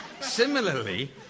Similarly